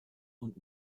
und